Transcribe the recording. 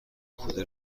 کولر